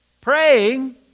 Praying